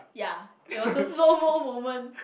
ya it was a slow mode moment